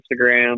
Instagram